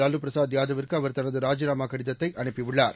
Lalu Prasad யாதவ்விற்குஅவர் தனதுராஜினாமாகடிதத்தைஅனுப்பியுள்ளார்